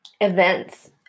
events